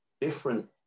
different